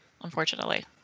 unfortunately